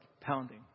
pounding